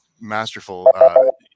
masterful